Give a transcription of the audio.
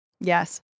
yes